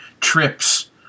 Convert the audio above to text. trips